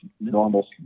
normal –